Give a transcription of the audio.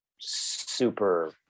super